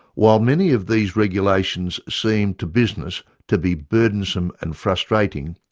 while many of these regulations seem to business to be burdensome and frustrating,